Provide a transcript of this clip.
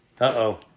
Uh-oh